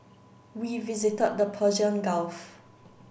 we visited the Persian Gulf